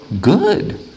good